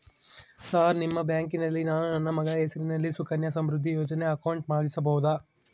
Sir ನಿಮ್ಮ ಬ್ಯಾಂಕಿನಲ್ಲಿ ನಾನು ನನ್ನ ಮಗಳ ಹೆಸರಲ್ಲಿ ಸುಕನ್ಯಾ ಸಮೃದ್ಧಿ ಯೋಜನೆ ಅಕೌಂಟ್ ಮಾಡಿಸಬಹುದಾ?